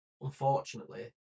Unfortunately